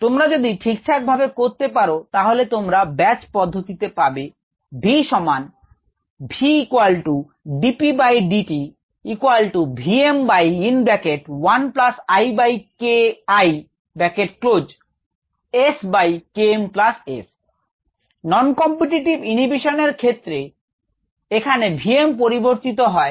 তোমরা যদি ঠিকঠাক ভাবে করতে পারো তাহলে তোমরা ব্যাচ পদ্ধতিতে পাবে v সমান non competitive ইনহিভিশন এর ক্ষেত্রে এখানে V m পরিবর্তিত হয় কিন্তু K m হয়নি